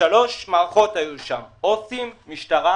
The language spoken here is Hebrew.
שלוש מערכות היו שם: עובדים סוציאליים, משטרה